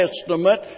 Testament